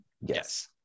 Yes